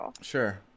Sure